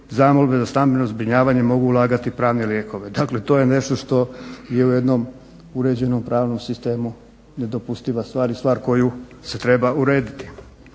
zamolbe za stambeno zbrinjavanje mogu ulagati pravne lijekove. Dakle to je nešto što je u jednom uređenom pravnom sistemu nedopustiva stvar i stvar koju se treba urediti.